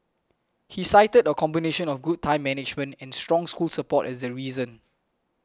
he cited a combination of good time management and strong school support as the reason